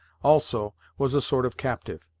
also, was a sort of captive,